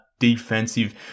defensive